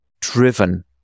driven